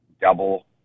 double